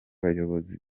bayobozi